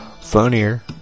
funnier